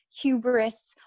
hubris